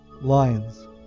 Lions